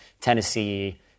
Tennessee